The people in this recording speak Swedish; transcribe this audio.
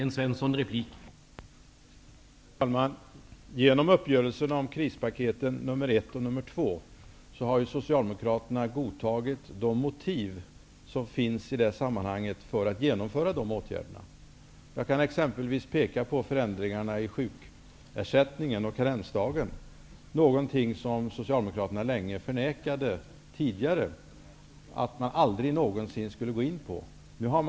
Herr talman! Genom uppgörelsen om krispa keten 1 och 2 har Socialdemokraterna godtagit de motiv som finns i det sammanhanget för att vidta de åtgärderna. Jag kan exempelvis peka på för ändringarna i fråga om sjukersättningen och ka rensdagen -- som Socialdemokraterna länge för nekade. Tidigare sade ju Socialdemokraterna att de aldrig någonsin skulle gå in på de frågorna.